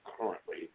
currently